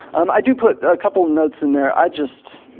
um i do put ah couple of notes in there, i just,